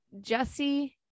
Jesse